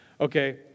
okay